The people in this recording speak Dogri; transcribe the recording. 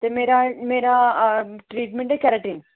ते मेरा मेरा ट्रीटमेंट ऐ थ्रैडिंग